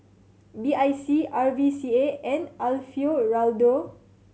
B I C R V C A and Alfio Raldo